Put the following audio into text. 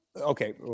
okay